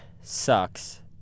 sucks